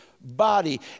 body